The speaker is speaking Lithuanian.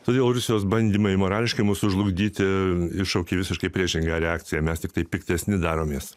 todėl rusijos bandymai morališkai mus sužlugdyti iššaukė visiškai priešingą reakciją mes tiktai piktesni daromės